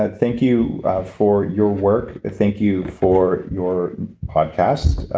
but thank you for your work. thank you for your podcast,